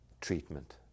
treatment